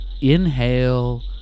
inhale